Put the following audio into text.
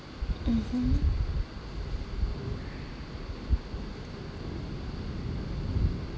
mmhmm